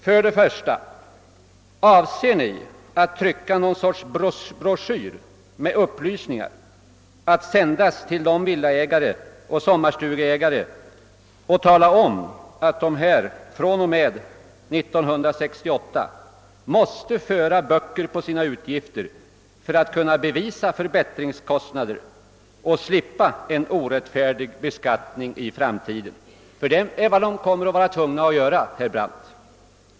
För det första: Avser ni att trycka någon sorts broschyr att sändas till villaägare och sommarstugeägare med upplysningar om att de fr.o.m. år 1968 måste föra böcker över sina utgifter för att kunna bevisa förbättringskostnader och slippa en orättfärdig beskattning i framtiden? Det är vad de kommer att tvingas göra, herr Brandt.